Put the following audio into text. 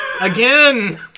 Again